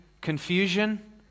confusion